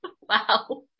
Wow